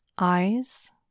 eyes